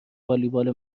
والیبال